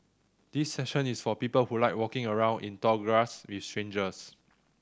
this session is for people who like walking around in tall grass with strangers